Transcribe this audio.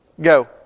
Go